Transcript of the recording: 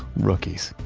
rookies.